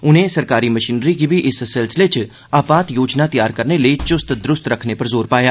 उनें सरकारी मशीनरी गी बी इस सिलसिले च आपात योजना तैआर करने लेई चुस्त दुरूस्त रखने परजोर पाया